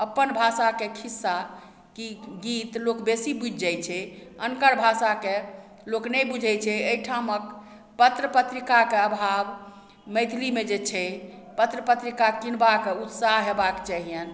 अपन भाषाके खिस्सा कि गीत लोक बेसी बुझि जाइ छै अनकर भाषाके लोक नहि बुझय छै अइ ठामक पत्र पत्रिकाके अभाव मैथिलीमे जे छै पत्र पत्रिका किनबाके उत्साह हेबाके चाहियनि